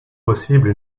possible